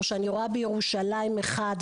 או שאני רואה בירושלים מרכז אחד,